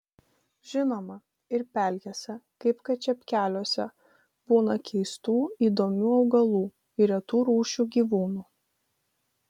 žinoma ir pelkėse kaip kad čepkeliuose būna keistų įdomių augalų ir retų rūšių gyvūnų